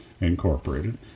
Incorporated